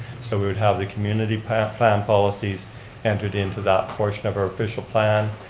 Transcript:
so we would have the community plan plan policies entered into that portion of our official plan.